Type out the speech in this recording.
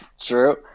True